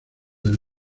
del